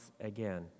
again